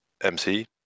MC